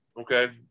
Okay